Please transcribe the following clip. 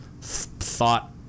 thought